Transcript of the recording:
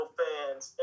fans